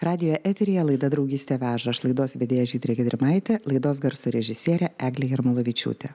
radijo eteryje laida draugystė veža aš laidos vedėja žydrė gedrimaitė laidos garso režisierė eglė jarmolavičiūtė